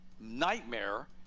nightmare